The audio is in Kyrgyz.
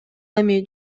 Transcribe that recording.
эми